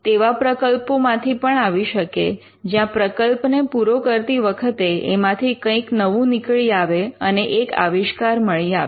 તેવા પ્રકલ્પો માંથી પણ આવી શકે જ્યાં પ્રકલ્પને પૂરો કરતી વખતે એમાંથી કંઈક નવું નીકળી આવે અને એક આવિષ્કાર મળી આવે